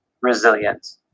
resilient